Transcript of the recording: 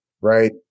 right